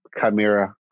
Chimera